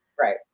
Right